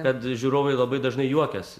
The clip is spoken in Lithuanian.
kad žiūrovai labai dažnai juokias